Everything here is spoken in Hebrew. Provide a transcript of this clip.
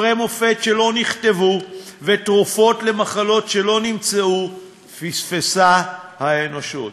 ספרי מופת שלא נכתבו ותרופות למחלות שלא נמצאו פספסה האנושות,